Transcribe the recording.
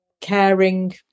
caring